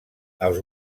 els